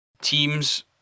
teams